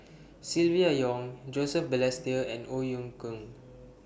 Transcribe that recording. Silvia Yong Joseph Balestier and Ong Ye Kung